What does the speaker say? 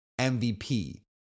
MVP